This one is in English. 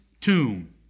tomb